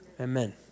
Amen